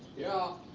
yeah.